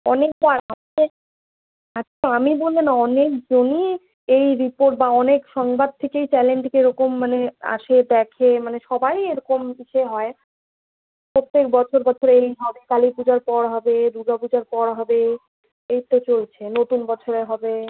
অনেকবার আজকে আজকে আমি বলে না অনেকজনই এই রিপোর্ট বা অনেক সংবাদ থেকেই চ্যানেল থেকে এরকম মানে আসে দেখে মানে সবাই এরকম ইসে হয় প্রত্যেক বছর বলছে এই হবে কালী পূজার পর হবে দুর্গা পূজার পর হবে এই তো চলছে নতুন বছরে হবে